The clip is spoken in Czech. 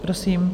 Prosím.